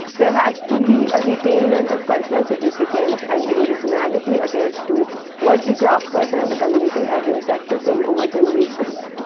there has to be a retainment of cultural significance and the originality attached to what the craft person and community have been practicing over generations,